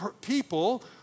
people